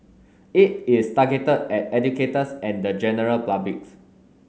it is targeted at educators at the general public